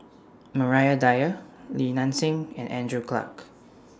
Maria Dyer Li Nanxing and Andrew Clarke